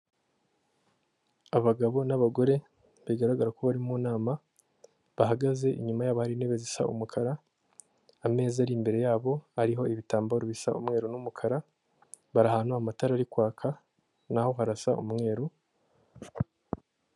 Abagabo n'abagore bigaragara ko bari m'inama bahagaze inyuma yabo hari intebe zisa umukara amezi ari imbere yabo hariho ibitambaro bisa umweru n'umukara bari ahantu amatara ari kwaka naho harasa umweru.